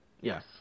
Yes